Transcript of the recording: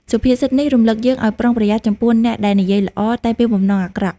សុភាសិតនេះរំឭកយើងឱ្យប្រុងប្រយ័ត្នចំពោះអ្នកដែលនិយាយល្អ តែមានបំណងអាក្រក់។